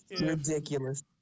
Ridiculous